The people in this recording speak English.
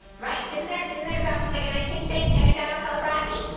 right, isn't there isn't there something like an ice cream thing at mcdonald's called a